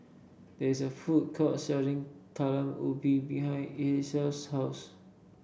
there is a food court selling Talam Ubi behind Elissa's house